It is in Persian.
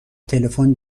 تلفن